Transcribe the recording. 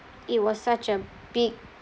it was such a big